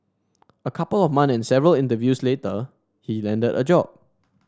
a couple of months and several interviews later he landed a job